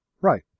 Right